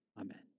Amen